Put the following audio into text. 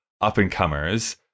up-and-comers